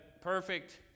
perfect